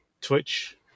Twitch